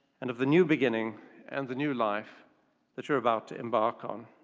and of the new beginning and the new life that you're about to embark on.